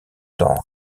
dans